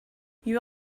you